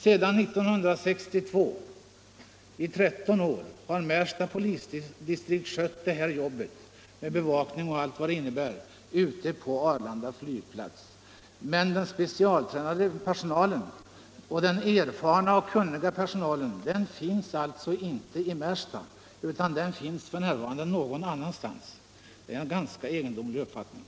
Sedan 1962, i 13 år, har Märsta polisdistrikt skött detta jobb med bevakning och allt vad det innebär ute på Arlanda flygplats. Men den specialtränade, erfarna och kunniga personalen finns alltså inte i Märsta utan någon annanstans. Det är en ganska egendomlig uppfattning.